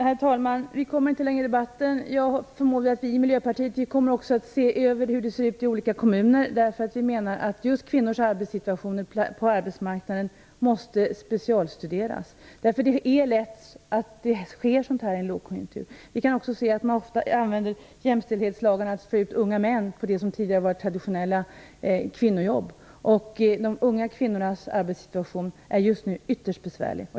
Herr talman! Vi kommer inte längre i debatten. Jag förmodar att vi i Miljöpartiet kommer att se över hur det är i olika kommuner. Vi menar att just kvinnors situation på arbetsmarknaden måste specialstuderas. Det är lätt att sådant här sker i en lågkonjunktur. Vi kan också se att man ofta använder jämställdhetslagen till att få ut unga män i det som tidigare har varit traditionella kvinnojobb. De unga kvinnornas arbetssituation är just nu ytterst besvärlig.